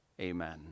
amen